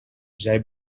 zij